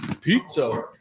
pizza